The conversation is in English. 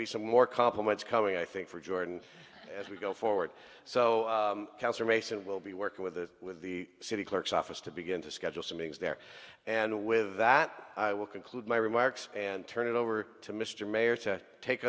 be some more compliments coming i think for jordan as we go forward so cancer mason will be working with the with the city clerk's office to begin to schedule some things there and with that i will conclude my remarks and turn it over to mr mayer to take